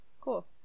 cool